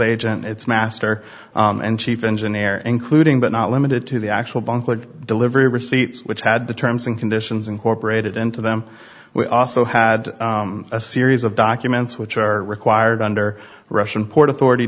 agent its master and chief engineer including but not limited to the actual bunkered delivery receipts which had the terms and conditions incorporated into them we also had a series of documents which are required under russian port authority